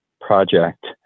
project